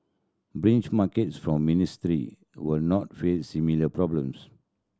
markets from ministry will not face similar problems